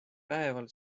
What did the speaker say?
päeval